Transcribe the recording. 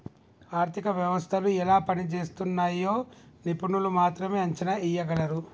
ఆర్థిక వ్యవస్థలు ఎలా పనిజేస్తున్నయ్యో నిపుణులు మాత్రమే అంచనా ఎయ్యగలరు